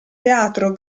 teatro